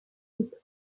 its